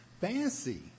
Fancy